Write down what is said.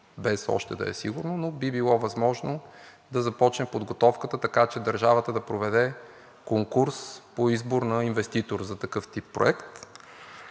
без още да е сигурно, но би било възможно да започне подготовката, така че държавата да проведе конкурс по избор на инвеститор за такъв тип проект.